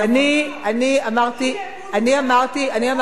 אי-אמון הוצג לפני ראש הממשלה ולא,